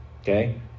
Okay